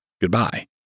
goodbye